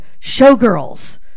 Showgirls